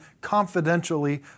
confidentially